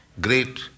great